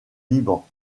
liban